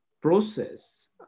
process